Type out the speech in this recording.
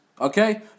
Okay